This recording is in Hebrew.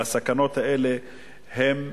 והסכנות האלה הן,